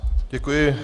Děkuji.